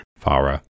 Farah